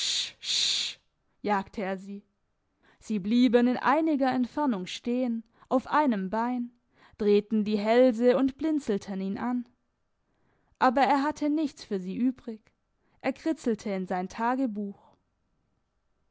jagte er sie sie blieben in einiger entfernung stehen auf einem bein drehten die hälse und blinzelten ihn an aber er hatte nichts für sie übrig er kritzelte in sein tagebuch